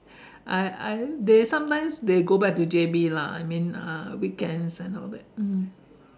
I I they sometimes they go back to J_B lah I mean uh like weekends and all that mm